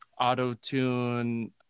auto-tune